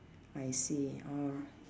I see orh